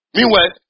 Meanwhile